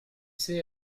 sais